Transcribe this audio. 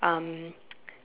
um